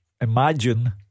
Imagine